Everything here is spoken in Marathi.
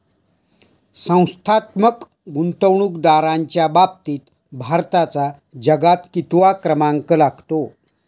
संस्थात्मक गुंतवणूकदारांच्या बाबतीत भारताचा जगात कितवा क्रमांक लागतो?